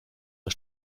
der